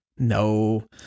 No